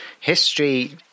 history